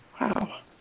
Wow